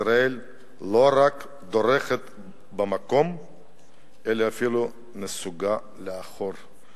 ישראל לא רק דורכת במקום, אלא אפילו נסוגה לאחור.